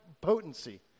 potency